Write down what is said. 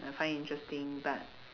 I find interesting but